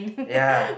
ya